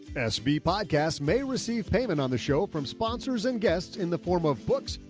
sb podcast may receive payment on the show from sponsors and guests in the form of books,